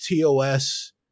TOS